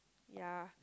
ya